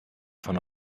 von